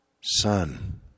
son